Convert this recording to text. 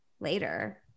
later